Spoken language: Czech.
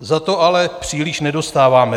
Za to ale příliš nedostáváme.